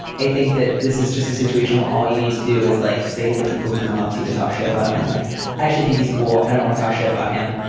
i think that this is just a situation where all you need to do is like say to the people who come up to you to talk shit about him, like, i actually think he's cool. i don't wanna talk shit about him.